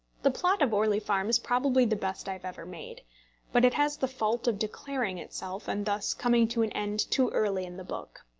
the plot of orley farm is probably the best i have ever made but it has the fault of declaring itself, and thus coming to an end too early in the book.